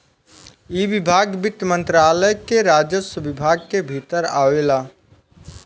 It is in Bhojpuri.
इ विभाग वित्त मंत्रालय के राजस्व विभाग के भीतर आवेला